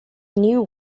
new